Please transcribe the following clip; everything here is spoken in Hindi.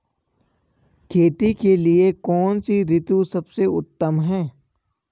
खेती के लिए कौन सी ऋतु सबसे उत्तम है?